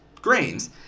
grains